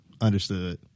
Understood